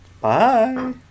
Bye